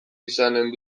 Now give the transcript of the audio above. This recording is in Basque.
izanen